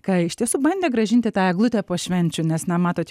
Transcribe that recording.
ką iš tiesų bandė grąžinti tą eglutę po švenčių nes na matot